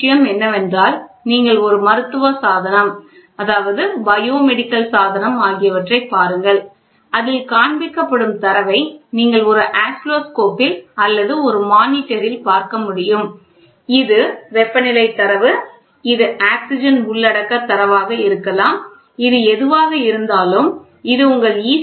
அடுத்த விஷயம் என்னவென்றால் நீங்கள் ஒரு மருத்துவ சாதனம் பயோமெடிக்கல் சாதனம் ஆகியவற்றைப் பாருங்கள் அதில் காண்பிக்கப்படும் தரவை நீங்கள் ஒரு ஆஸில்லோஸ்கோப்பில் அல்லது ஒரு மானிட்டரில் பார்க்க முடியும் இது வெப்பநிலை தரவு இது ஆக்ஸிஜன் உள்ளடக்கத் தரவாக இருக்கலாம் இது எதுவாக இருந்தாலும் இது உங்கள் ஈ